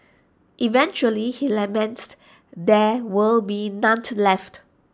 eventually he laments there will be none left